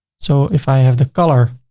so if i have the color,